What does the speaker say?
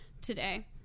today